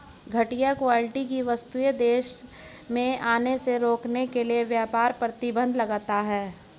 घटिया क्वालिटी की वस्तुएं देश में आने से रोकने के लिए व्यापार प्रतिबंध लगता है